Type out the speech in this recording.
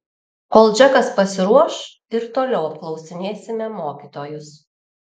kol džekas pasiruoš ir toliau apklausinėsime mokytojus